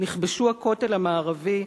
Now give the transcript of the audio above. נכבשו הכותל המערבי,